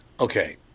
Okay